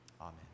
Amen